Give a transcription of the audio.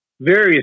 various